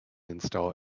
install